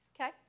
Okay